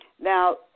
now